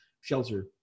shelter